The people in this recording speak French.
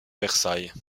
versailles